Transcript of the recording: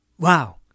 wow